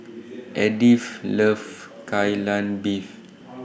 Edyth loves Kai Lan Beef